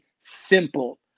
simple